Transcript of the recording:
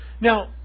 Now